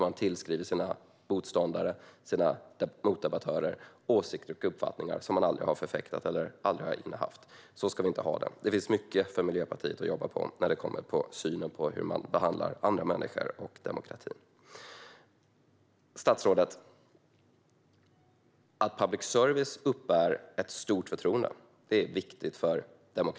Man tillskriver sina motståndare och motdebattörer åsikter och uppfattningar som de aldrig har förfäktat eller aldrig innehavt. Så ska vi inte ha det. Det finns mycket för Miljöpartiet att jobba med när det kommer till synen på hur man behandlar andra människor och demokratin. Det är viktigt för demokratin, statsrådet, att public service uppbär ett stort förtroende.